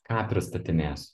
ką pristatinėsiu